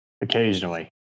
occasionally